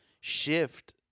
shift